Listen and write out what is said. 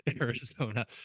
Arizona